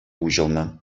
уҫӑлнӑ